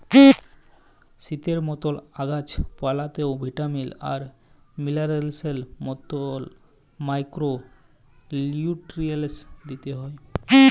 শরীরের মতল গাহাচ পালাতেও ভিটামিল আর মিলারেলসের মতল মাইক্রো লিউট্রিয়েল্টস দিইতে হ্যয়